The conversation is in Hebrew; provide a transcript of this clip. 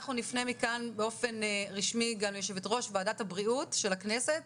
אנחנו נפנה מכאן באופן רשמי גם ליושבת ראש ועדת הבריאות של הכנסת,